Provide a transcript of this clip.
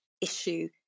issue